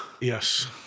Yes